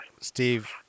Steve